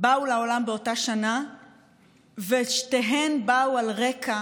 באו לעולם באותה שנה ושתיהן באו על רקע